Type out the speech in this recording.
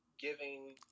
giving